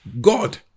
God